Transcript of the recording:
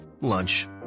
Lunch